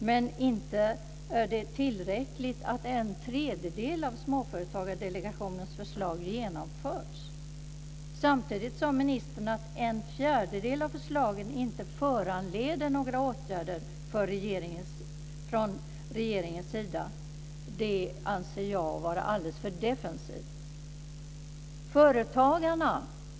Men inte är det tillräckligt att en tredjedel av Småföretagsdelegationens förslag genomförts. Samtidigt sade ministern att en fjärdedel av förslagen inte föranleder några åtgärder från regeringens sida. Det anser jag vara alldeles för defensivt.